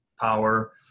power